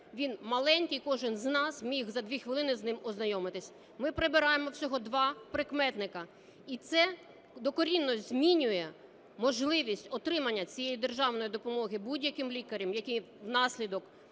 він маленький, кожен з нас міг за 2 хвилини з ним ознайомитись. Ми прибираємо всього два прикметника і це докорінно змінює можливість отримання цієї державної допомоги будь-яким лікарем, який внаслідок